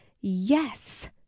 yes